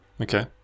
Okay